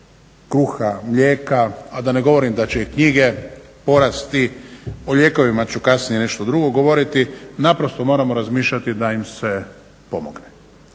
kruha, mlijeka, a da ne govorim da će i knjige porasti, o lijekovima ću kasnije nešto drugo govoriti, naprosto moramo razmišljati da im se pomogne.